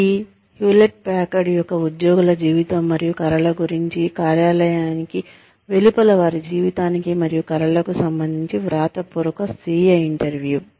ఇది Hewlett Packard Packard's యొక్క ఉద్యోగుల జీవితం మరియు కలల గురించి కార్యాలయానికి వెలుపల వారి జీవితానికి మరియు కలలకు సంబంధించి వ్రాతపూర్వక స్వీయ ఇంటర్వ్యూ